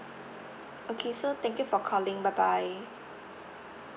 okay so thank you for calling bye bye